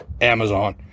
Amazon